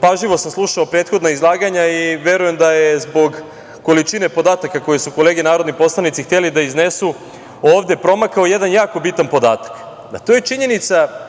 pažljivo sam slušao prethodna izlaganja i verujem da je, zbog količine podataka koju su kolege narodni poslanici hteli da iznesu, ovde promakao jedan jako bitan podatak, a to je činjenica